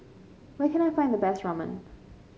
where can I find the best Ramen